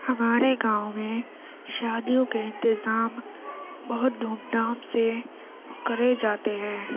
ہمارے گاؤں میں شادیوں کے انتظام بہت دھوم دھام سے کرے جاتے ہیں